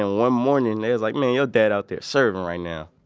ah one morning, they was like, man, your dad out there servin' right now.